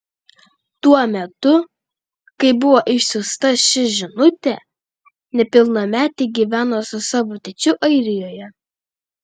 tuo metu kai buvo išsiųsta ši žinutė nepilnametė gyveno su savo tėčiu airijoje